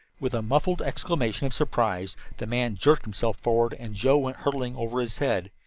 with a muffled exclamation of surprise the man jerked himself forward and joe went hurtling over his head,